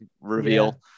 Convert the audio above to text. reveal